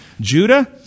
Judah